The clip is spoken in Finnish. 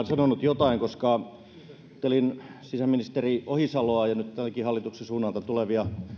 sanonut jotain koska kun kuuntelin sisäministeri ohisaloa ja nyt täälläkin hallituksen suunnalta tulevia